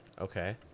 Okay